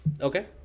Okay